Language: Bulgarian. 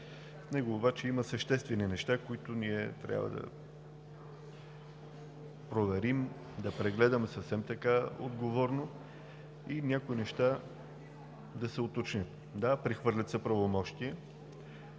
него обаче има съществени неща, които ние трябва да проверим, да прегледаме съвсем отговорно и някои неща да се уточнят. Да, прехвърлят се правомощия